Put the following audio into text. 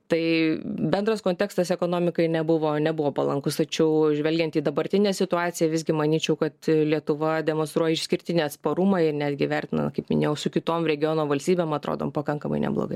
tai bendras kontekstas ekonomikai nebuvo nebuvo palankus tačiau žvelgiant į dabartinę situaciją visgi manyčiau kad lietuva demonstruoja išskirtinį atsparumą ir netgi vertina kaip minėjau su kitom regiono valstybėm atrodom pakankamai neblogai